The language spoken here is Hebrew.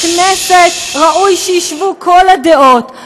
בכנסת ראוי שישבו כל הדעות,